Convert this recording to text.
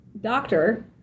doctor